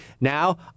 Now